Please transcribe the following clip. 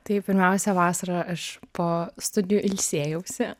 tai pirmiausia vasarą aš po studijų ilsėjausi